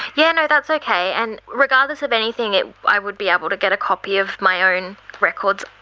yeah you know that's okay. and regardless of anything, i would be able to get a copy of my own records?